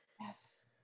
Yes